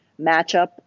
matchup